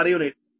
u